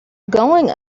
going